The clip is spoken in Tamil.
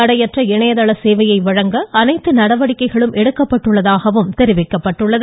தடையந்ற இணையதள சேவையை வழங்க அனைத்து நடவடிக்கைகளும் எடுக்கப்பட்டுள்ளதாகவும் அரசு தெரிவித்துள்ளது